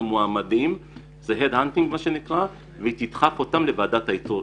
מועמדים ותדחף אותם לעבר ועדת האיתור.